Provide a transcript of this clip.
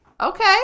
Okay